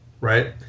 right